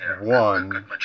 one